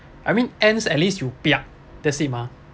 I mean ants at least you piak that's it mah